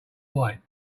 wine